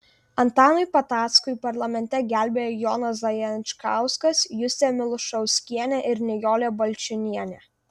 antanui patackui parlamente gelbėja jonas zajančkauskas justė milušauskienė ir nijolė balčiūnienė